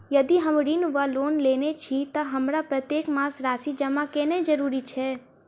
यदि हम ऋण वा लोन लेने छी तऽ हमरा प्रत्येक मास राशि जमा केनैय जरूरी छै?